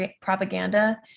propaganda